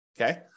Okay